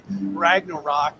Ragnarok